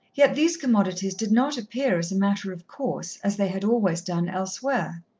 yet these commodities did not appear as a matter of course, as they had always done elsewhere.